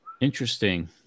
Interesting